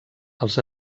els